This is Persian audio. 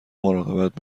مراقبت